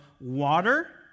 water